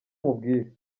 nkubwire